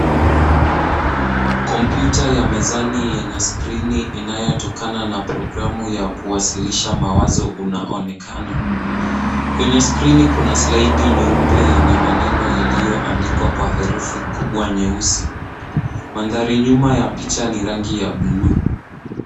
Kompyuta ya mezani yenye skrini inayotokana na programu ya kuwasilisha mawazo unaonekana. Kwenye skrini kuna slide nyeupe yenye maneno yaliyoandikwa kwa herufi kubwa nyeusi. Mandhari nyuma ya picha ni rangi ya buluu.